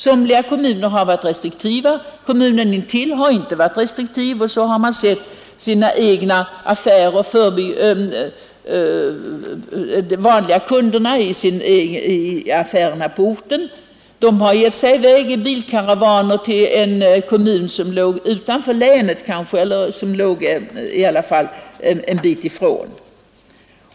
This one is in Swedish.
Somliga kommuner har varit mera restriktiva än kommunen bredvid, och det har resulterat i att kunderna i den första kommunens affärer har givit sig i väg i formliga bilkaravaner till grannkommunen ett stycke därifrån.